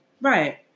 Right